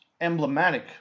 emblematic